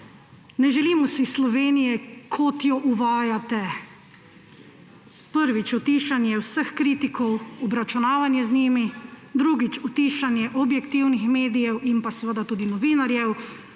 Ne želimo si Slovenije, kot jo uvajate. Prvič, utišanje vseh kritikov, obračunavanje z njimi. Drugič, utišanje objektivnih medijev in tudi novinarjev.